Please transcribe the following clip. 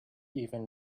even